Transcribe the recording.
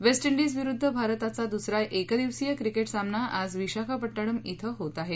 waste Indies विरुद्ध भारताचा द्सरा एकदिवसीय क्रिकेट सामना आज विशाखापट्टणम श्व होत आहे